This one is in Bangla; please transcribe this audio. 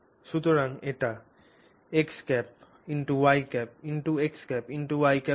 সুতরাং এটি হয়